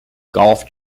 golf